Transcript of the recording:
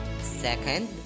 Second